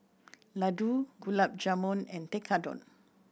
Ladoo Gulab Jamun and Tekkadon